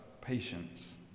patience